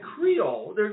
Creole